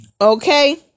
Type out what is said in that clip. Okay